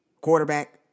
quarterback